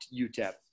UTEP